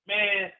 Man